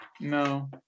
No